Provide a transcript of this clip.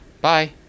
bye